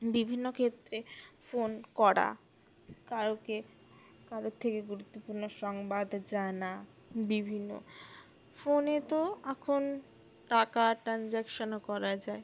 বিভিন্ন ক্ষেত্রে ফোন করা কারোকে কারোর থেকে গুরুত্বপূর্ণ সংবাদ জানা বিভিন্ন ফোনে তো এখন টাকা ট্রান্জ্যাকশানও করা যায়